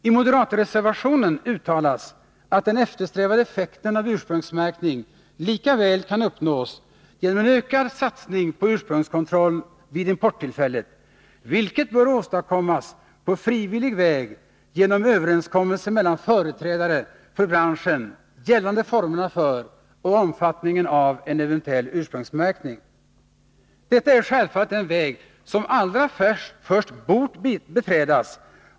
I moderatreservationen uttalas att den eftersträvade effekten av ursprungsmärkning lika väl kan uppnås genom en ökad satsning på ursprungskontroll vid importtillfället, vilket bör åstadkommas på frivillig väg genom överenskommelser mellan företrädare för branschen gällande formerna för och omfattningen av en eventuell ursprungsmärkning. Detta är självfallet den väg som allra först hade bort beträdas.